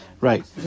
Right